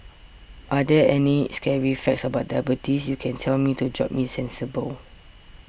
are there any scary facts about diabetes you can tell me to jolt me sensible